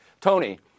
Tony